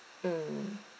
mm